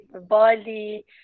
Bali